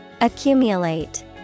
accumulate